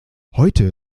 heute